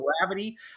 gravity